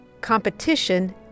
Competition